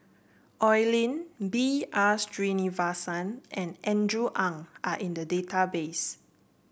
Oi Lin B R Sreenivasan and Andrew Ang are in the database